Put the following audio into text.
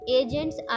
agents